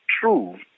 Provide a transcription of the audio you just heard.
true